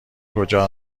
کجا